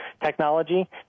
technology